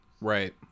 Right